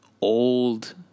old